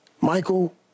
Michael